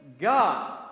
God